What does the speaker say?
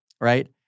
right